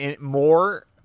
more